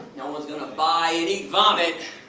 nobody's going to buy and eat vomit.